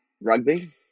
Rugby